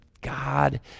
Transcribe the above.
God